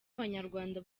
abanyarwanda